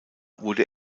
wurde